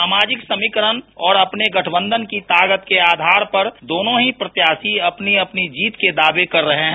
सामाजिक समीकरण और अपने गठबंधन की ताकत के आधार पर दोनों ही प्रत्याशी अपनी अपनी जीत के दावे कर रहे हैं